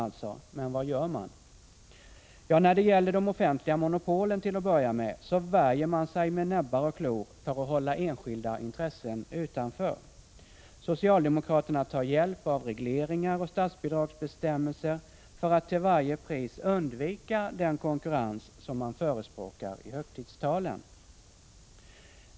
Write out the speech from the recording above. När det till att börja med gäller de offentliga monopolen, kämpar man med näbbar och klor för att hålla enskilda intressen utanför. Socialdemokraterna tar hjälp av regleringar och statsbidragsbestämmelser för att till varje pris undvika den konkurrens som man förespråkar i högtidstalen.